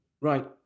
Right